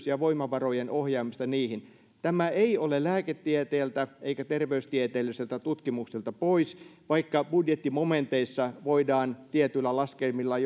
ja voimavarojen ohjaamisesta niihin on nyt kysymys tämä ei ole lääketieteeltä eikä terveystieteelliseltä tutkimukselta pois vaikka budjettimomenteissa voidaan tietyillä laskelmilla